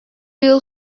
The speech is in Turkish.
yıl